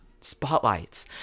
spotlights